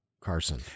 Carson